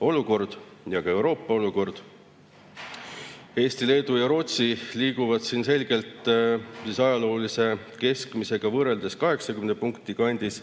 olukord ja ka Euroopa olukord. Eesti, Leedu ja Rootsi liiguvad selgelt ajaloolise keskmisega võrreldes 80 punkti kandis